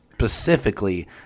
specifically